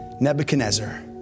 Nebuchadnezzar